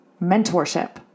mentorship